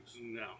No